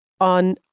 on